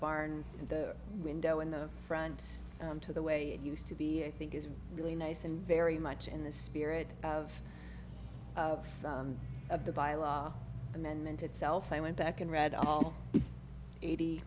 and the window in the front to the way it used to be i think is really nice and very much in the spirit of of the bylaw amendment itself i went back and read all eighty